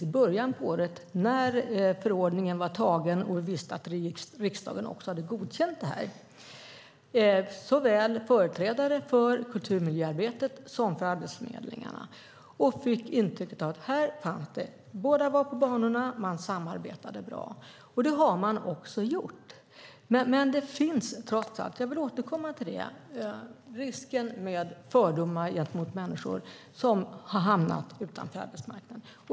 I början av året när förordningen var antagen och vi visste att riksdagen också hade godkänt detta träffade arbetsmarknadsminister Hillevi Engström och jag företrädare för såväl kulturmiljöarbetet som Arbetsförmedlingen. Vi fick intrycket att båda var på banan och samarbetade bra, och det har man också gjort. Men jag vill återkomma till att det trots allt finns en risk för fördomar gentemot människor som har hamnat utanför arbetsmarknaden.